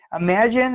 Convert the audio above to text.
imagine